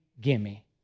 gimme